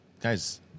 Guy's